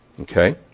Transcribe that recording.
Okay